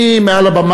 אני, מעל הבמה,